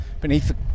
Beneath